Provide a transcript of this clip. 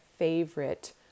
favorite